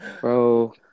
Bro